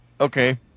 Okay